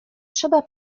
trzeba